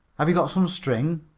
have you got some string?